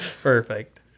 Perfect